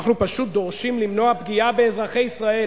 אנחנו פשוט דורשים למנוע פגיעה באזרחי ישראל